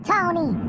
Tony